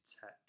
tech